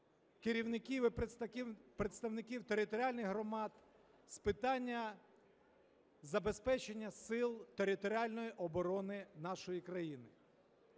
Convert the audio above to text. керівників і представників територіальних громад, з питання забезпечення Сил територіальної оборони нашої країни.